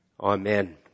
Amen